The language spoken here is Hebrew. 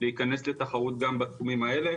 להיכנס לתחרות גם בתחומים האלה